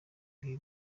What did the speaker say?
bihe